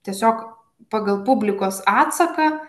tiesiog pagal publikos atsaką